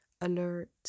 alert